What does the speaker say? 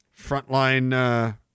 frontline